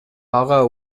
ага